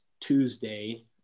Tuesday